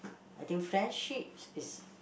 I think friendships is